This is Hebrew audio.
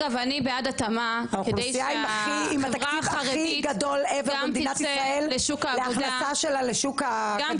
אני בעד התאמה כדי שהחברה החרדית גם תצא לשוק העבודה,